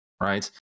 right